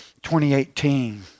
2018